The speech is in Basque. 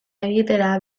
egitera